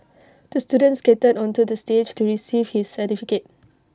the students skated onto the stage to receive his certificate